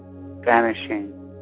vanishing